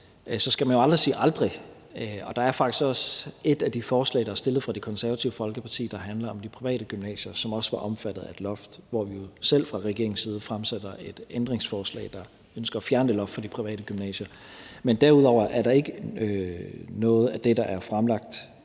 skal man jo aldrig sige aldrig, og der er faktisk også et af de forslag, der er stillet af Det Konservative Folkeparti, som handler om de private gymnasier, som også var omfattet af et loft, og hvor vi fra regeringens side selv fremsætter et ændringsforslag, der ønsker at fjerne det loft fra de private gymnasier. Men derudover er der ikke noget af det, der er fremlagt